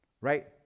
Right